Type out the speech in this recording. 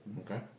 Okay